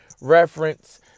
reference